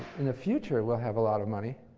in the future, we'll have a lot of money,